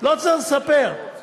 חיפה משהו